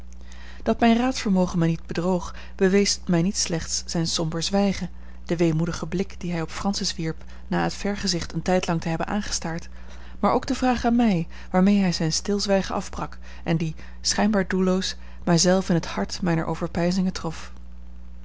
dat mijn raadvermogen mij niet bedroog bewees mij niet slechts zijn somber zwijgen de weemoedige blik dien hij op francis wierp na het vergezicht een tijdlang te hebben aangestaard maar ook de vraag aan mij waarmee hij zijn stilzwijgen afbrak en die schijnbaar doelloos mij zelf in het hart mijner overpeinzingen trof